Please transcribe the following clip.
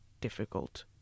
difficult